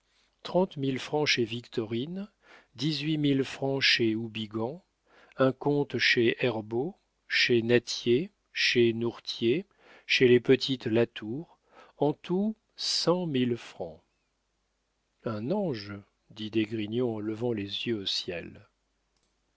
mille francs chez victorine dix-huit mille francs chez houbigant un compte chez herbault chez nattier chez nourtier chez les petites latour en tout cent mille francs un ange dit d'esgrignon en levant les yeux au ciel